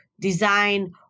design